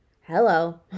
Hello